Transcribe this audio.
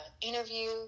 interview